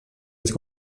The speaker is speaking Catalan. els